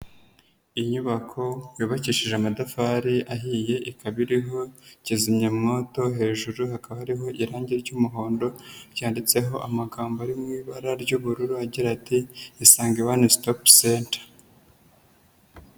Inyubako yubakishije amatafari ahiye, ikaba iriho kizimyamowoto, hejuru hakaba hariho irangi ry'umuhondo ryanditseho amagambo ari mu ibara ry'ubururu agira ati Isange One Stop Center.